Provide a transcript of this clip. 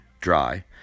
dry